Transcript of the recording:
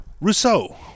Rousseau